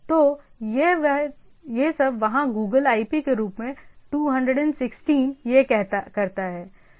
तो यह सब वहाँ गूगल IP के रूप में 216 यह करता है